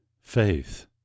faith